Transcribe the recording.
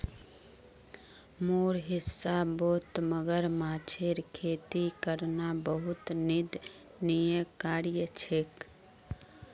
मोर हिसाबौत मगरमच्छेर खेती करना बहुत निंदनीय कार्य छेक